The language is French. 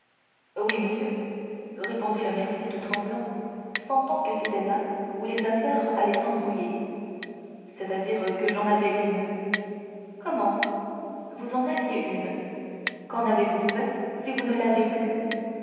oui monsieur répondit le mercier tout tremblant sentant que c'était là où les affaires allaient s'embrouiller c'est-à-dire j'en avais une comment vous en aviez une qu'en avez-vous fait si vous ne l'avez plus